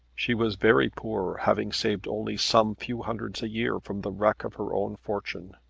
she was very poor, having saved only some few hundreds a year from the wreck of her own fortune.